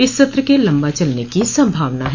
इस सत्र के लम्बा चलने की सम्भावना है